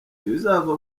ibizava